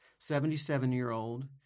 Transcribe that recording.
77-year-old